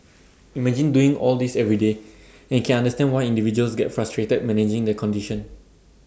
imagine doing all this every day and can understand why individuals get frustrated managing their condition